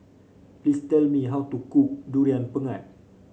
please tell me how to cook Durian Pengat